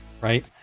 Right